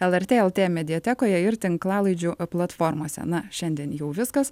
lrt lt mediatekoje ir tinklalaidžių platformose na šiandien jau viskas